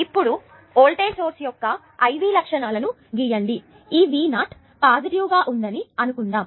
ఇప్పుడు voltage source యొక్క IV లక్షణాలను గీయండి ఈ V0 పాజిటివ్ గా ఉందని అనుకుందాము